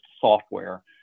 software